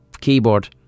keyboard